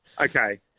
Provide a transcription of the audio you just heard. okay